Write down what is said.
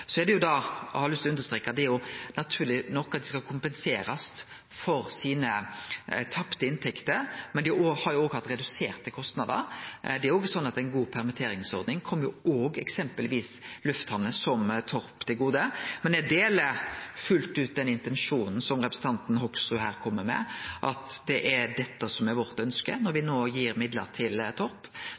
Eg har òg lyst til å streke under at dei naturleg nok skal kompenserast for sine tapte inntekter, men dei har jo òg hatt reduserte kostnader. Det er òg sånn at ei god permitteringsordning kjem òg eksempelvis lufthamner, som Torp, til gode. Men eg deler fullt ut intensjonen som representanten Hoksrud her kjem med. Det er dette som er vårt ønske. Når me no gir midlar til